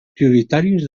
prioritaris